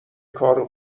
کار